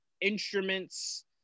instruments